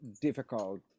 difficult